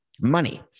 Money